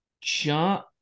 John